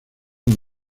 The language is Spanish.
muy